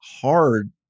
hard